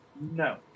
no